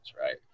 right